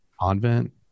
convent